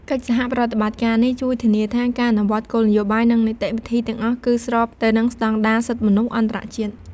កិច្ចសហប្រតិបត្តិការនេះជួយធានាថា ការអនុវត្តគោលនយោបាយ និងនីតិវិធីទាំងអស់គឺស្របទៅនឹងស្តង់ដារសិទ្ធិមនុស្សអន្តរជាតិ។